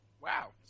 Wow